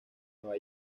nueva